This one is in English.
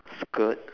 skirt